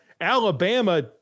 Alabama